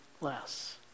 less